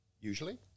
usually